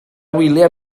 wyliau